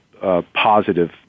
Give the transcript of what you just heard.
positive